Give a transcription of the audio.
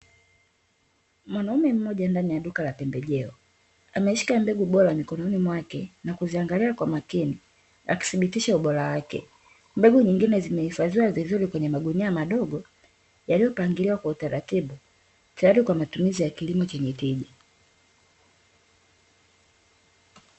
Mwanaume mmoja ndani ya duka la pembejeo, ameshika mbegu bora mikononi mwake na kuziangalia kwa makini, akithibitisha ubora wake. Mbegu nyingine zimehifadhiwa vizuri kwenye magunia madogo yaliyopangiliwa kwa utaratibu, tayari kwa matumizi ya kilimo chenye tija.